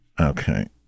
Okay